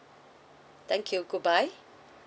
thank you goodbye